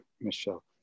Michelle